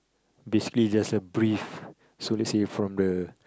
display just a brief so let's say from the